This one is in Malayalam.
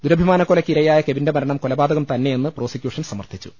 ദുരഭിമാനക്കൊലക്ക് ഇരയായ കെവിന്റെ മരണം കൊലപാതകം തന്നെയെന്ന് പ്രോസിക്യൂഷൻ സമർത്ഥിച്ചു